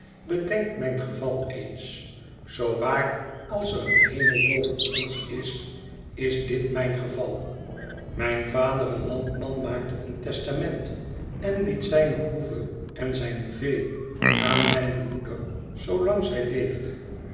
bedenk mijn geval eens zoo waar als er een hemel boven ons is is dit mijn geval mijn vader een landman maakte een testament en liet zijne hoeve en zijn vee aan mijne moeder zoolang zij leefde